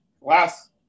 last